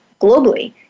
globally